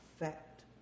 effect